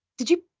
did you.